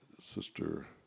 Sister